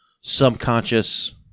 subconscious